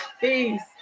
Peace